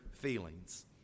Feelings